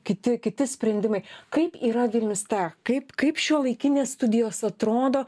kiti kiti sprendimai kaip yra vilnius tech kaip kaip šiuolaikinės studijos atrodo